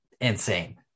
insane